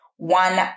one